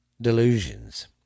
delusions